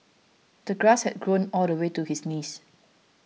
the grass had grown all the way to his knees